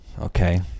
Okay